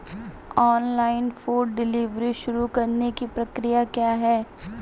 Online food delivery शुरू करने की प्रक्रिया क्या है?